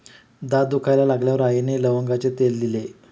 दात दुखायला लागल्यावर आईने लवंगाचे तेल दिले